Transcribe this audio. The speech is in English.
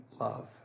love